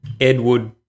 Edward